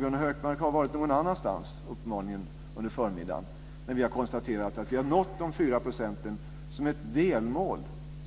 Gunnar Hökmark har uppenbarligen varit någon annanstans under förmiddagen, när vi har konstaterat att vi har nått 4 % som ett delmål